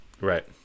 Right